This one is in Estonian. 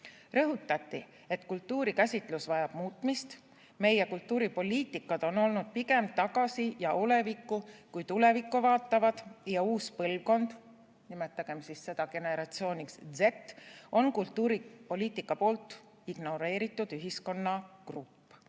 Rõhutati, et kultuurikäsitlus vajab muutmist. Meie kultuuripoliitika on olnud pigem tagasi ja olevikku kui tulevikku vaatav ja uus põlvkond – nimetagem seda generatsiooniks Z – on kultuuripoliitikas ignoreeritud ühiskonnagrupp.